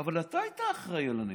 אבל אתה היית אחראי לנגב.